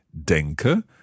denke